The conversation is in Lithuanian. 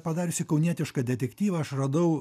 padariusi kaunietišką detektyvą aš radau